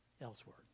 elsewhere